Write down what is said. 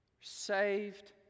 saved